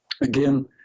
Again